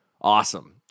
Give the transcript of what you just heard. awesome